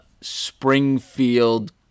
Springfield